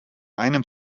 einem